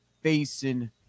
facing